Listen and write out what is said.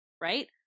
right